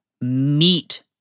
meet